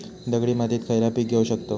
दगडी मातीत खयला पीक घेव शकताव?